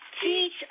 Teach